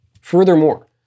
Furthermore